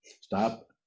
stop